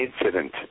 incident